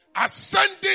ascending